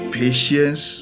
patience